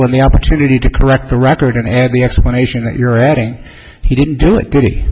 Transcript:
on the opportunity to correct the record and had the explanation that you're adding he didn't do it pretty